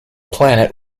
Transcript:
planet